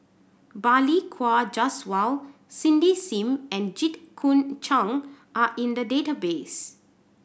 Balli Kaur Jaswal Cindy Sim and Jit Koon Ch'ng are in the database